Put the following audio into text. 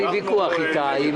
נושא רשויות הפיקוח.